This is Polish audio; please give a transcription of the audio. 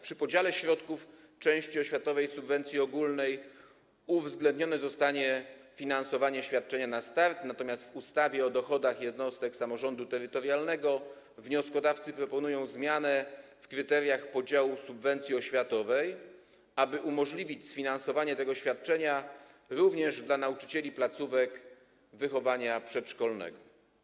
Przy podziale środków części oświatowej subwencji ogólnej uwzględnione zostanie finansowanie świadczenia na start, natomiast w ustawie o dochodach jednostek samorządu terytorialnego wnioskodawcy proponują zmianę w kryteriach podziału subwencji oświatowej, aby umożliwić sfinansowanie tego świadczenia również w odniesieniu do nauczycieli placówek wychowania przedszkolnego.